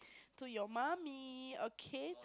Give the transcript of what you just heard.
to your mummy okay